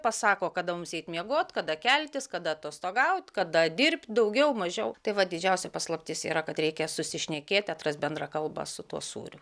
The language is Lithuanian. pasako kada mums eit miegot kada keltis kada atostogaut kada dirbt daugiau mažiau tai va didžiausia paslaptis yra kad reikia susišnekėti atrast bendrą kalbą su tuo sūriu